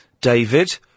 David